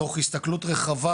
תוך הסתכלות רחבה,